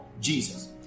Jesus